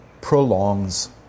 prolongs